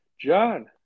John